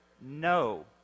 No